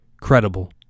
credible